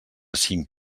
cinc